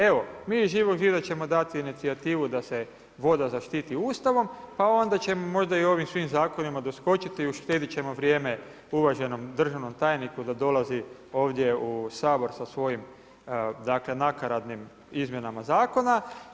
Evo mi iz Živog zida ćemo dati inicijativu da se voda zaštiti Ustavom, pa onda ćemo možda i ovim svim zakonima doskočiti i uštedjet ćemo vrijeme uvaženom državnom tajniku da dolazi ovdje u Sabor sa svojim nakaradnim izmjenama zakona.